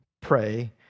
Pray